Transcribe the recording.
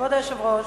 כבוד היושב-ראש,